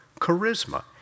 charisma